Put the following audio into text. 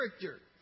character